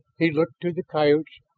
he looked to the coyotes,